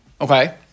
Okay